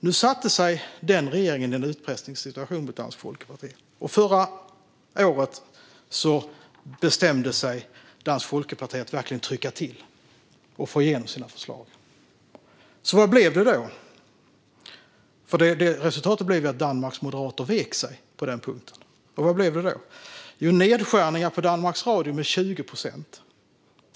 Nu satte sig den danska regeringen i en utpressningssituation mot Dansk Folkeparti, och förra året bestämde sig Dansk Folkeparti för att verkligen trycka till och få igenom sina förslag. Resultatet blev att Danmarks moderater vek sig på den punkten, och vad blev det då? Jo, det blev nedskärningar på Danmarks Radio med 20 procent.